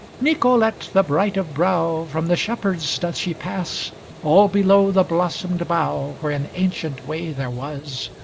nicolete the bright of brow from the shepherds doth she pass all below the blossomed bough where an ancient way there was,